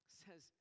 says